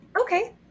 okay